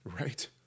Right